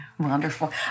Wonderful